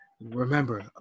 Remember